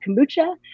kombucha